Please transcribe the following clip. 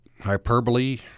hyperbole